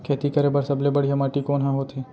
खेती करे बर सबले बढ़िया माटी कोन हा होथे?